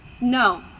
No